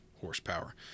horsepower